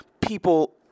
People